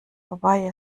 vorbei